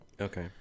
Okay